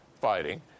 fighting